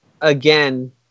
again